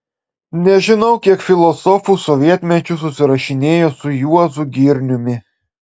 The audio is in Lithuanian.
nežinau kiek filosofų sovietmečiu susirašinėjo su juozu girniumi